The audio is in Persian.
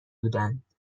بودند